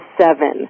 seven